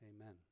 Amen